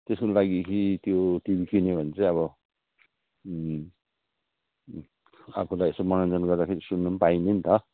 त्यसको लागि त्यो टिभी किन्यो भने चाहिँ अब हो आफूलाई यसो मनोरञ्जन गर्दाखेरि सुन्नु पाइने नि त